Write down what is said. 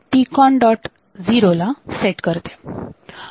0 ला सेट करते